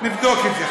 נבדוק את זה.